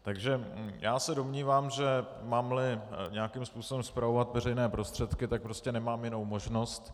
Takže já se domnívám, že mámli nějakým způsobem spravovat veřejné prostředky, tak prostě nemám jinou možnost.